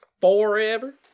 Forever